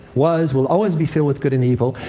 was, will always be filled with good and evil,